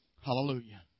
Hallelujah